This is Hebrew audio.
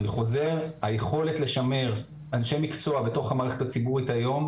אני חוזר- היכולת לשמר אנשי מקצוע בתוך המערכת הציבורית כיום,